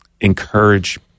encourage